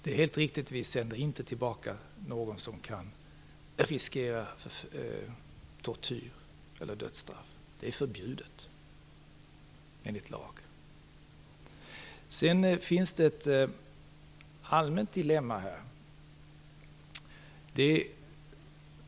Det är helt riktigt att vi inte sänder tillbaka någon som riskerar att utsättas för tortyr eller dömas till dödsstraff. Det är förbjudet enligt lag. Det finns ett allmänt dilemma här.